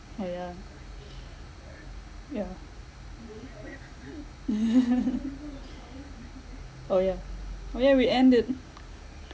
ah ya yeah oh ya oh ya we ended